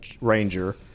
Ranger